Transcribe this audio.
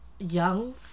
young